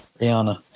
Rihanna